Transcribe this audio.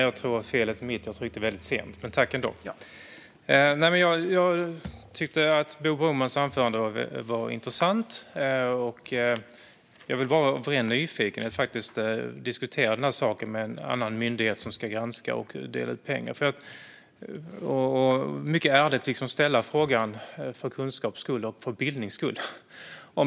Fru talman! Jag tyckte att Bo Bromans anförande var intressant. Jag vill av ren nyfikenhet diskutera frågan om att en annan myndighet ska utföra granskningen och dela ut pengar. Jag vill mycket ärligt ställa en fråga för kunskaps och bildnings skull.